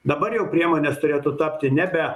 dabar jau priemonės turėtų tapti nebe